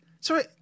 sorry